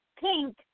pink